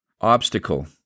obstacle